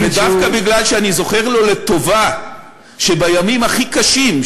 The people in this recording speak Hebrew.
ודווקא מפני שאני זוכר לו לטובה שבימים הכי קשים,